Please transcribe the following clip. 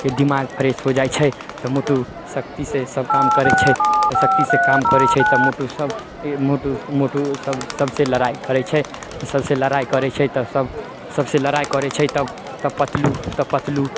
कि दिमाग फ्रेश हो जाइ छै तऽ मोटु शक्ति से सब काम करै छै तऽ शक्ति से काम करै छै तऽ मोटु सबके मोटु मोटु सब सबसे लड़ाइ करै छै सबसे लड़ाइ करै छै तऽ सब सबसे लड़ाइ करै छै तब तब पतलु तब पतलु